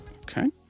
Okay